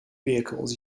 vehicles